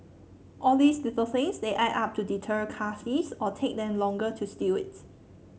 all these little things they add up to deter car thieves or take them longer to steal it